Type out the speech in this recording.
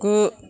गु